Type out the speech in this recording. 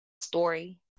story